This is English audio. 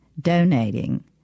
donating